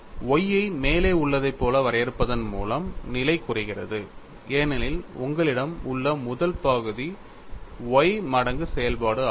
Y ஐ மேலே உள்ளதைப் போல வரையறுப்பதன் மூலம் நிலை குறைகிறது ஏனெனில் உங்களிடம் உள்ள முதல் பகுதி y மடங்கு செயல்பாடு ஆகும்